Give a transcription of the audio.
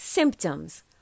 Symptoms